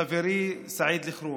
לחברי סעיד אלחרומי.